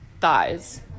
thighs